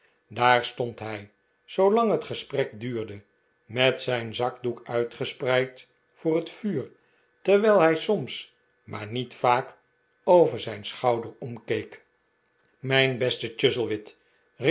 daar stond hij zoolang het gesprek duurde met zijn zakdoek uitgespreid voor het vuur terwijl hij soms maar niet vaak over zijn schouder omkeek mijn beste